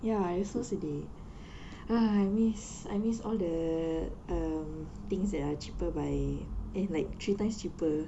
ya I also sedih I miss I miss all the um things that are cheaper by eh like three times cheaper